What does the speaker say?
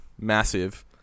massive